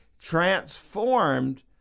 transformed